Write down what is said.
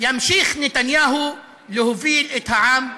ימשיך נתניהו להוביל את העם הזה,